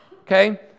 Okay